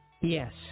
Yes